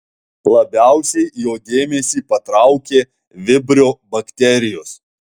labiausiai jo dėmesį patraukė vibrio bakterijos